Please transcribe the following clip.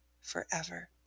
forever